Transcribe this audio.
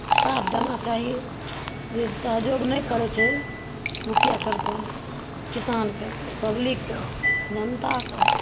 साथ देना चाही जैसे सहयोग नहि करय छै मुखिआ सरपञ्च किसानके पब्लिकके जनताके